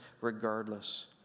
regardless